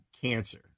cancer